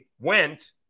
went